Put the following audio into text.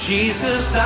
Jesus